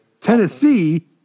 Tennessee